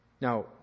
Now